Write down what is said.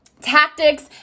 tactics